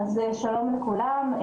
שלום לכולם,